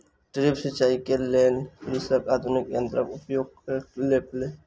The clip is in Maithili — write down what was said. ड्रिप सिचाई के लेल कृषक आधुनिक यंत्रक उपयोग केलक